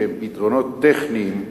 שהם פתרונות טכניים,